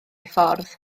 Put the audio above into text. ffordd